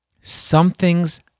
Something's